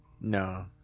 No